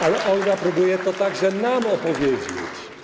Ale Olga próbuje to także nam opowiedzieć.